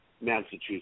Massachusetts